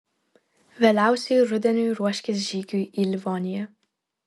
vėliausiai rudeniui ruoškis žygiui į livoniją